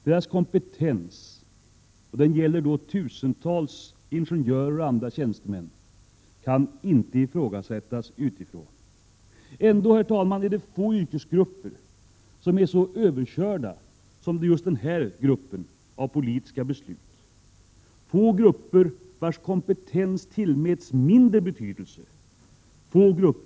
Deras kompetens — det gäller då tusental ingenjörers och andra anställdas — kan inte ifrågasättas. Ändå är det få yrkesgrupper som är så överkörda av politiska beslut som just den här gruppen. Det är få grupper, vilkas kompetens tillmäts mindre betydelse vid den politiska styrningen av det område där de är verksamma.